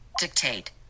Dictate